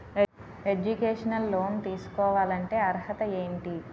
Educational loan తీసుకోవాలంటే అర్హత ఏంటి?